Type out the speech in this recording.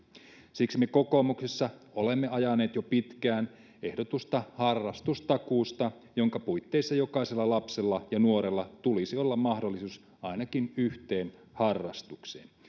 siksi me kokoomuksessa olemme ajaneet jo pitkään ehdotusta harrastustakuusta jonka puitteissa jokaisella lapsella ja nuorella tulisi olla mahdollisuus ainakin yhteen harrastukseen